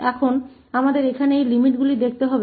अब हमें यहां इन सीमाओं को देखना होगा